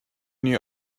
new